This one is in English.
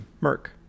Merc